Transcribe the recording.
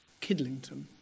Kidlington